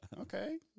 okay